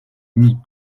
mit